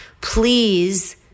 please